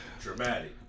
Dramatic